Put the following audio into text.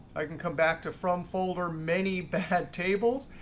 i can come back to from folder many bad tables,